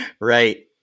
Right